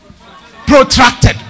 Protracted